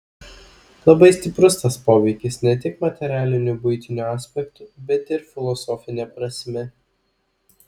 labai stiprus tas poveikis ne tik materialiniu buitiniu aspektu bet ir filosofine prasme